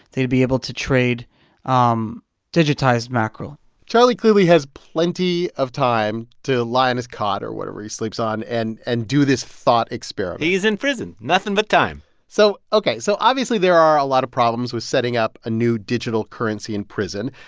they'd be able to trade um digitized mackerel charlie clearly has plenty of time to lie on his cot or whatever he sleeps on and and do this thought experiment he's in prison nothing but time so ok so, obviously, there are a lot of problems with setting up a new digital currency in prison.